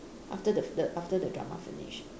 after the the after the drama finish